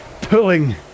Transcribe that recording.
pulling